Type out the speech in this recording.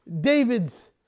David's